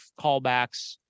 callbacks